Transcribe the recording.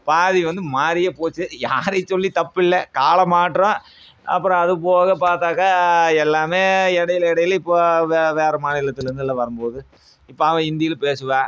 பாதி வந்து மாரியே போச்சு யாரையும் சொல்லி தப்பில்லை கால மாற்றம் அப்புறோம் அது போக பார்த்தாக்கா எல்லாமே இடைல இடைல இப்போது வேறு மாநிலத்துலேருந்து வரும்போது இப்போ அவன் ஹிந்தியில் பேசுவான்